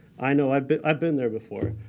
i know. i've been i've been there before.